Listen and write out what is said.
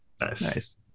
nice